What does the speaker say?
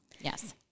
Yes